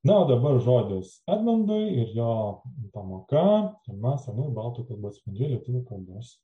na o dabar žodis edmundai ir jo pamoka tema senųjų baltų kalbų atspindžiai lietuvių kalbos